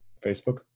Facebook